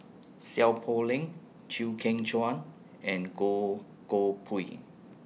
Seow Poh Leng Chew Kheng Chuan and Goh Koh Pui